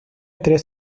tres